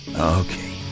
Okay